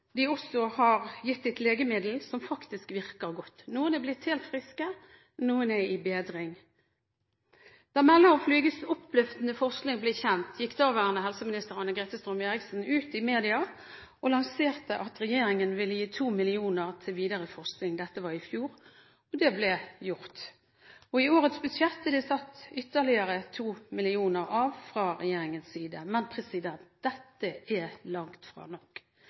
de også er gitt et legemiddel som faktisk virker godt. Noen er blitt helt friske, noen er i bedring. Da meldingen om Fluges oppløftende forskning ble kjent, gikk daværende helseminister Anne-Grete Strøm-Erichsen ut i media og lanserte at regjeringen ville gi 2 mill. kr til videre forskning – dette var i fjor – og det ble gjort. I årets budsjett er det fra regjeringens side satt av ytterligere 2 mill. kr. Men dette er langt fra nok.